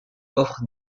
offre